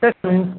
sir